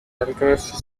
alchemists